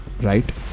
Right